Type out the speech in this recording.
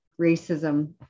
racism